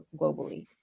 globally